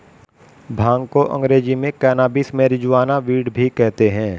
भांग को अंग्रेज़ी में कैनाबीस, मैरिजुआना, वीड भी कहते हैं